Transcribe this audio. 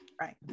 Right